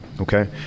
okay